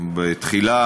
תחילה